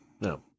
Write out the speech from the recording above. No